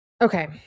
Okay